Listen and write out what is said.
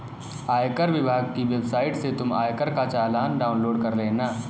आयकर विभाग की वेबसाइट से तुम आयकर का चालान डाउनलोड कर लेना